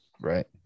right